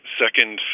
second